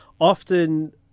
Often